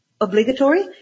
Obligatory